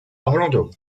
orlando